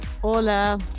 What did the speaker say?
Hola